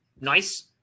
nice